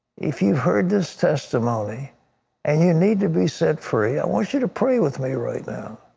if you've heard this testimony and you need to be set free, i want you to pray with me right now.